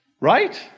Right